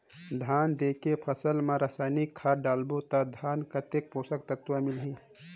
धान देंके फसल मा रसायनिक खाद डालबो ता धान कतेक पोषक तत्व मिलही?